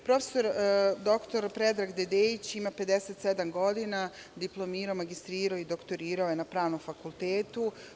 Prof. dr Predrag Dedeić ima 57 godina, diplomirao, magistrirao i doktorirao je na Pravnom fakultetu.